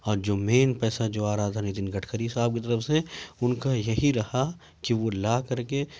اور جو مین پیسہ جو آ رہا تھا نیتن گٹکری صاحب کی طرف سے ان کا یہی رہا کہ وہ لا کر کے